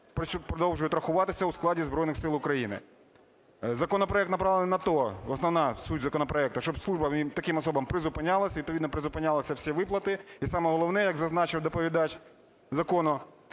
продовжують рахуватися у складі Збройний Сил України. Законопроект направлений на те, основна суть законопроекту, щоб служба таким особам призупинялася, відповідно призупинялися всі виплати. І саме головне, як зазначив доповідач закону,